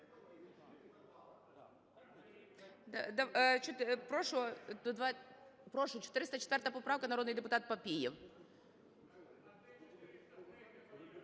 Прошу, 404 поправка, народний депутат Папієв.